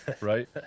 right